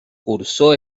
cursó